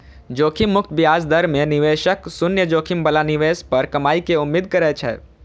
जोखिम मुक्त ब्याज दर मे निवेशक शून्य जोखिम बला निवेश पर कमाइ के उम्मीद करै छै